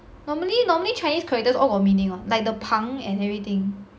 normally normally chinese characters all got meaning [one] like the 旁 and everything